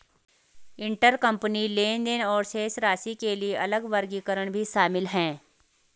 intercompany लेनदेन और शेष राशि के लिए अलग वर्गीकरण भी शामिल हैं